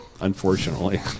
Unfortunately